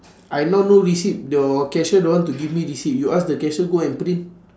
I now no receipt your cashier don't want to give me receipt you ask the cashier go and print